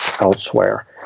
elsewhere